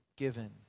Given